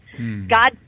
God